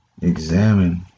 examine